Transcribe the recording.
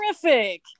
Terrific